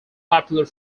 popular